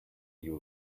you